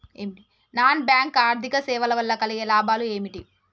Non bank ఆర్థిక సేవల వల్ల కలిగే లాభాలు ఏమిటి?